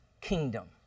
kingdom